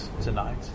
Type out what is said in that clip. tonight